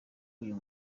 uyu